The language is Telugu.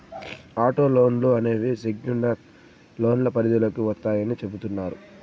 ఆటో లోన్లు అనేవి సెక్యుర్డ్ లోన్ల పరిధిలోకి వత్తాయని చెబుతున్నారు